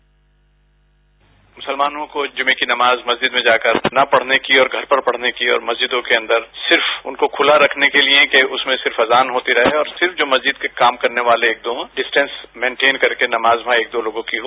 bite Farooqui मुसलमानों को जूमे की नमाज मस्जिद में जाकर न पढने की और घर पर पढने की और मस्जिदों के अंदर सिर्फ उनको खुला रखने के लिए उसमें सिर्फ अजान होती रहे और सिर्फ जो मस्जिद में काम करने वाले हों डिस्टेंस मेंटेन करके नमाज वहां एक दो लोगों की हो